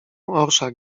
orszak